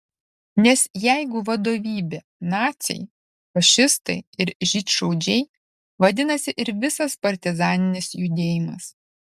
nes jeigu vadovybė naciai fašistai ir žydšaudžiai vadinasi ir visas partizaninis judėjimas